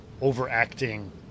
overacting